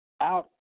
out